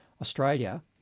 Australia